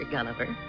Gulliver